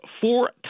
four